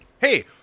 Hey